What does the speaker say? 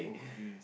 okay